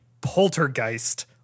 poltergeist